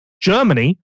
Germany